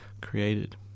created